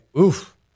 oof